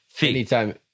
Anytime